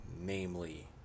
namely